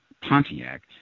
Pontiac